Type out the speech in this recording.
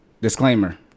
disclaimer